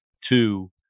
two